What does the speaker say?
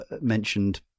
mentioned